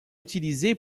utilisé